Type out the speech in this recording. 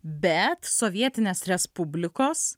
bet sovietinės respublikos